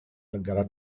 negara